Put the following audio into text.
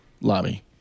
lobby